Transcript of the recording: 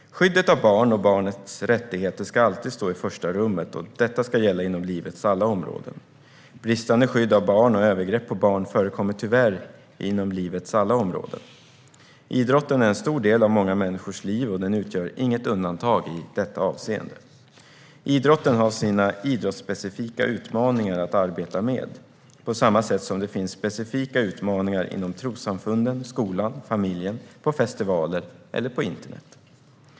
Skyddet av barn och barnets rättigheter ska alltid stå i första rummet, och detta ska gälla inom livets alla områden. Bristande skydd av barn samt övergrepp på barn förekommer tyvärr inom livets alla områden. Idrotten är en stor del av många människors liv, och den utgör inget undantag i detta avseende. Idrotten har sina idrottsspecifika utmaningar att arbeta med på samma sätt som det finns specifika utmaningar inom trossamfunden, skolan och familjen, på festivaler eller på internet.